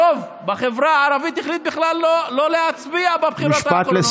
הרוב בחברה הערבית החליט בכלל לא להצביע בבחירות האחרונות.